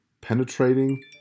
penetrating